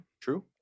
true